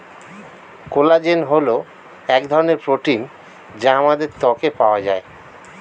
collagen হল এক ধরনের প্রোটিন যা আমাদের ত্বকে পাওয়া যায়